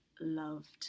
loved